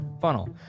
funnel